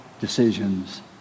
decisions